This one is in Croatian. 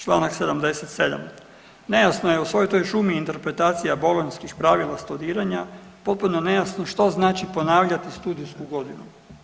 Čl. 77. nejasno je u svoj toj šumi interpretacija bolonjskih pravila studiranja potpuno nejasno što znači ponavljati studijsku godinu.